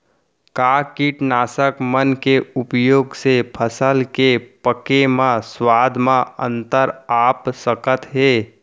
का कीटनाशक मन के उपयोग से फसल के पके म स्वाद म अंतर आप सकत हे?